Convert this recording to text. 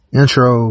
intro